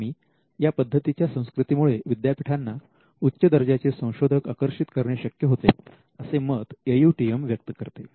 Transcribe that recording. परिणामी या पद्धतीच्या संस्कृतीमुळे विद्यापीठांना उच्च दर्जाचे संशोधक आकर्षित करणे शक्य होते असे मत AUTM व्यक्त करते